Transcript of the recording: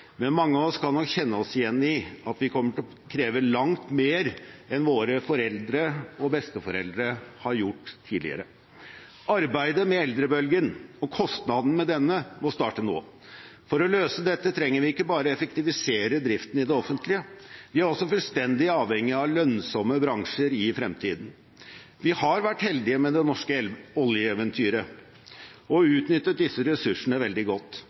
men mange av oss kan nok kjenne oss igjen i at vi kommer til å kreve langt mer enn våre foreldre og besteforeldre har gjort. Arbeidet med eldrebølgen og kostnaden ved denne må starte nå. For å løse dette trenger vi ikke bare å effektivisere driften i det offentlige, vi er også fullstendig avhengige av lønnsomme bransjer i fremtiden. Vi har vært heldige med det norske oljeeventyret og utnyttet disse ressursene veldig godt.